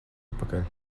atpakaļ